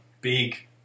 big